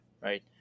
right